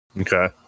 Okay